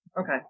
Okay